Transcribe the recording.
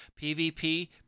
PvP